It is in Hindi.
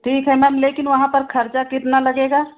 ठीक है मैम लेकिन वहाँ पर ख़र्चा कितना लगेगा